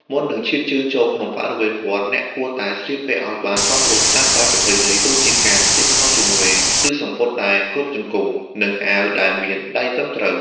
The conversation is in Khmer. មុននឹងឈានជើងចូលក្នុងបរិវេណវត្ត អ្នកគួរតែស្លៀកពាក់ឱ្យបានសមរម្យតាមបែបប្រពៃណី ដូចជាការស្លៀកខោជើងវែង ឬសំពត់ដែលគ្របជង្គង់ និងអាវដែលមានដៃត្រឹមត្រូវ។